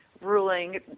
ruling